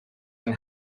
yng